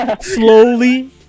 slowly